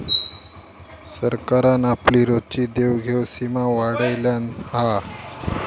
सरकारान आपली रोजची देवघेव सीमा वाढयल्यान हा